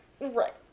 Right